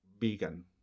vegan